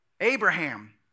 Abraham